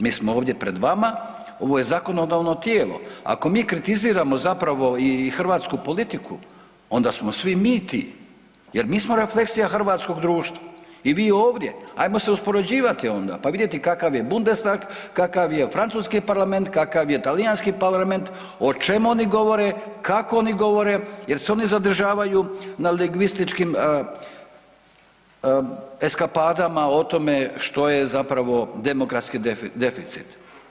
Mi smo ovdje pred vama, ovo je zakonodavno tijelo, ako mi kritiziramo zapravo i hrvatsku politiku onda smo svi mi ti jer mi smo refleksija hrvatskog društva i vi ovdje, ajmo se uspoređivati onda pa vidjeti kakav je Bundestag, kakav je francuski parlament, kakav je talijanski parlament o čemu oni govore, kako oni govore, jer se oni zadržavaju na lingvističkim eskapadama o tome što je zapravo demografski deficit.